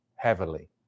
Heavily